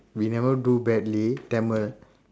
we never do badly Tamil